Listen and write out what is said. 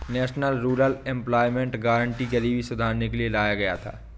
national rural employment guarantee गरीबी सुधारने के लिए लाया गया था